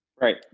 Right